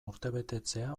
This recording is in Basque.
urtebetetzea